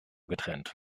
getrennt